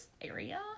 area